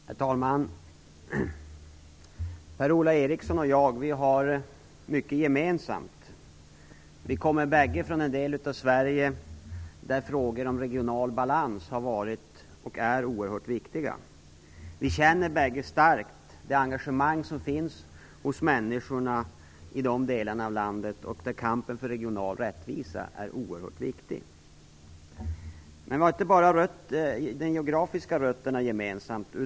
Herr talman! Per-Ola Eriksson och jag har mycket gemensamt. Vi kommer bägge från en del av Sverige där frågor om regional balans har varit, och är, oerhört viktiga. Vi känner bägge starkt det engagemang som finns hos människorna i dessa delar av landet. Kampen för regional rättvisa är oerhört viktig där. Vi har inte bara de geografiska rötterna gemensamt.